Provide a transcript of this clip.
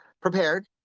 prepared